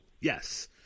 Yes